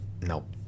Nope